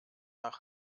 nach